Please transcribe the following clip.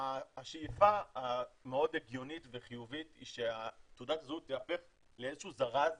השאיפה המאוד הגיונית וחיובית היא שתעודת הזהות תיהפך לאיזה שהוא זרז